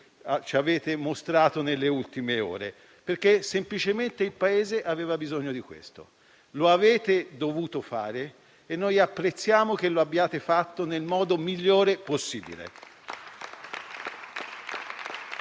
che avete varato nelle ultime ore, semplicemente perché il Paese aveva bisogno di questo. Avete dovuto farlo e noi apprezziamo che lo abbiate fatto nel modo migliore possibile.